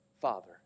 Father